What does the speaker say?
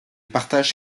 partage